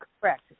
Correct